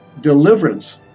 Deliverance